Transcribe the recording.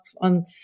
on